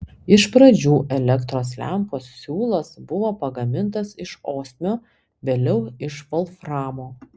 iš pradžių elektros lempos siūlas buvo pagamintas iš osmio vėliau iš volframo